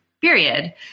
period